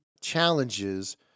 Challenges